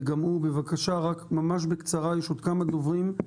רק ממש בקצרה כי יש עוד כמה דוברים.